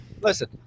Listen